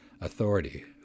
Authority